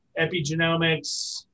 epigenomics